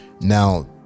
Now